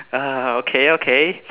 err okay okay